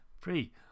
Free